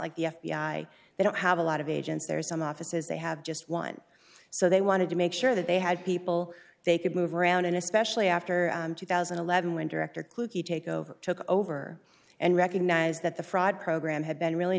like the f b i they don't have a lot of agents there's some offices they have just one so they wanted to make sure that they had people they could move around in especially after two thousand and eleven when director clukey take over took over and recognize that the fraud program had been really